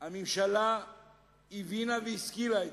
הממשלה הבינה את זה והשכילה.